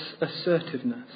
assertiveness